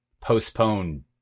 postpone